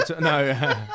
No